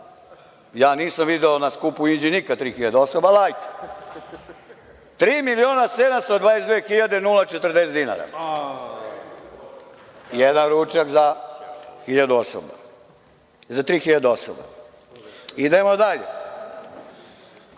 ja nisam video na skupu u Inđiji nikad 3.000 osoba, ali ajde, 3.722.040 dinara. Jedan ručak za 3.000 osoba. Idemo dalje.